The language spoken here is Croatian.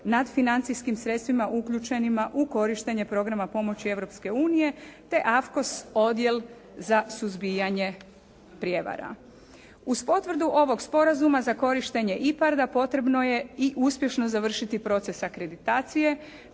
nad financijskim sredstvima uključenima u korištenje programa pomoći Europske unije te AFKOS odjel za suzbijanje prijevara. Uz potvrdu ovog sporazuma za korištenje IPARD-a potrebno je i uspješno završiti proces akreditacije.